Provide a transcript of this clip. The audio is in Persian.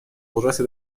قدرت